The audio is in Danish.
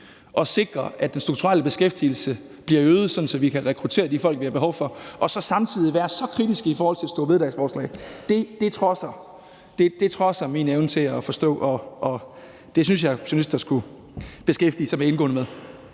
og sikre, at den strukturelle beskæftigelse bliver øget, sådan at vi kan rekruttere de folk, vi har behov for, og så samtidig være så kritisk over for et storebededagsforslag, trodser min evne til at forstå. Det synes jeg journalister skulle beskæftige sig mere indgående med.